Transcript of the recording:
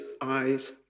eyes